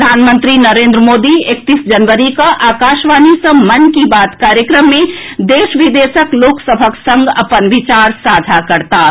प्रधानमंत्री नरेन्द्र मोदी एकतीस जनवरी कऽ आकाशवाणी सँ मन की बात कार्यक्रम मे देश विदेश के लोक सभक संग अपन विचार साझा करताह